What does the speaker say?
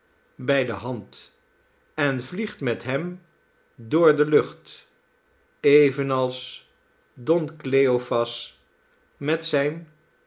bij de hand en vliegt met hem door de lucht evenals don cleophas met zijn